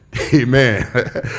amen